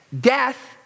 Death